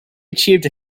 achieved